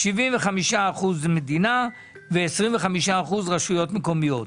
75% מדינה ו-25% רשויות מקומיות.